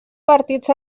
partits